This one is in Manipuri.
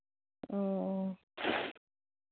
ꯑꯣ ꯑꯣ